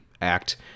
act